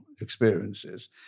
experiences